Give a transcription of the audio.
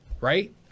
right